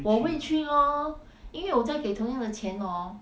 我会去 lor 因为我在给同样的钱 hor